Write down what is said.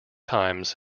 times